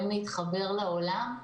או משהו שבאמצעותו הן יכולות להתחבר לעולם.